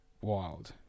wild